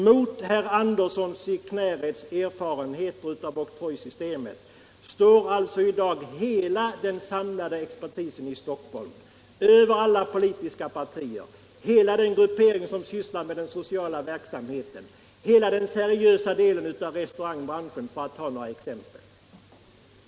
Mot herr Anderssons i Knäred erfarenheter av oktrojsystemet står i dag hela den samlade expertisen i Stockholm, över alla politiska partier, hela den gruppering som sysslar med den sociala verksamheten och hela den seriösa delen av restaurangbranschen för att ta några exempel.